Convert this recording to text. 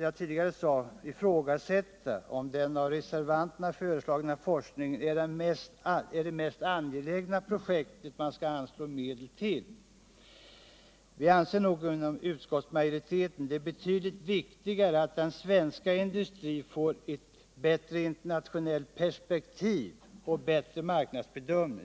jag tidigare sade, ifrågasätta om den av reservanterna föreslagna forskningen är det mest angelägna projektet att anslå medel till. Utskottsmajoriteten anser det betydligt viktigare att den svenska industrin 175 får ett bättre internationellt perspektiv och bättre marknadsbedömning.